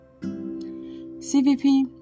CVP